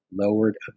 Lowered